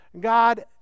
God